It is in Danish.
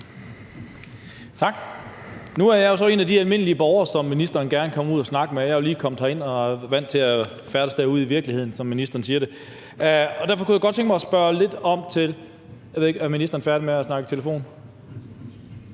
Tak. Nu er jeg jo så en af de almindelige borgere, som ministeren gerne vil komme ud og snakke med. Jeg er jo lige kommet herind og er vant til at færdes derude i virkeligheden, som ministeren siger. Derfor kunne jeg godt tænke mig at spørge lidt ind til noget – jeg ved ikke, om ministeren er færdig med at snakke i telefon.